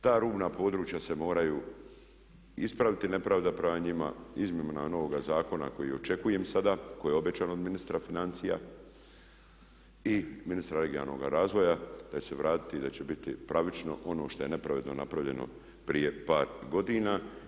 Ta rubna područja se moraju ispraviti nepravda prema njima izmjenama novog zakona koji očekujem sada i koji je obećan od ministra financija i ministra regionalnog razvoja da će se vratiti i da će biti pravično ono što je nepravedno napravljeno prije par godina.